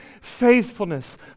faithfulness